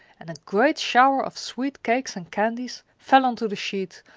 and a great shower of sweet cakes and candies fell onto the sheet,